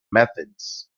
methods